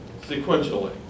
Sequentially